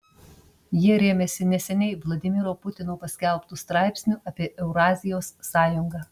jie rėmėsi neseniai vladimiro putino paskelbtu straipsniu apie eurazijos sąjungą